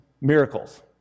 miracles